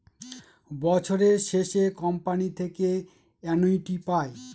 বছরের শেষে কোম্পানি থেকে অ্যানুইটি পায়